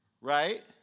right